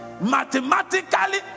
mathematically